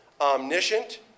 omniscient